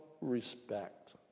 respect